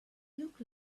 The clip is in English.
look